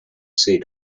sea